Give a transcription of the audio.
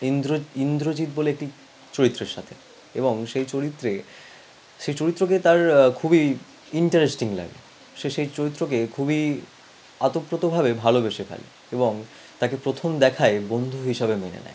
ইন্দ্র ইন্দ্রজিৎ বলে একটি চরিত্রের সাথে এবং সেই চরিত্রে সেই চরিত্রকে তার খুবই ইন্টারেস্টিং লাগে শেষে এই চরিত্রকে খুবই আতপ্রোতভাবে ভালোবেসে ফেলে এবং তাকে প্রথম দেখায় বন্ধু হিসাবে মেনে নেয়